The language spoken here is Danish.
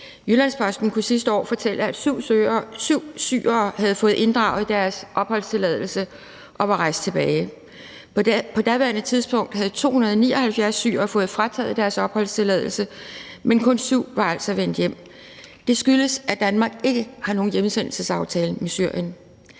Jyllands-Posten kunne sidste år fortælle, at 7 syrere havde fået inddraget deres opholdstilladelse og var rejst tilbage. På daværende tidspunkt havde 279 syrere fået frataget deres opholdstilladelse, men kun 7 var altså vendt hjem. Det skyldes, at Danmark ikke har nogen hjemsendelsesaftale med Syrien.